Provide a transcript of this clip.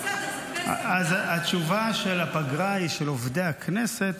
התשובה שהפגרה היא של עובדי הכנסת,